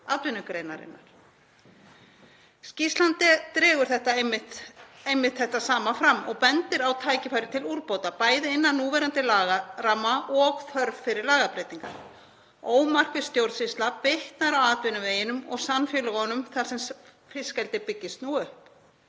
atvinnugreinarinnar. Skýrslan dregur einmitt þetta sama fram og bendir á tækifæri til úrbóta, bæði innan núverandi lagaramma og þörf fyrir lagabreytingar. Ómarkviss stjórnsýsla bitnar á atvinnuveginum og samfélögunum þar sem fiskeldi byggist nú upp.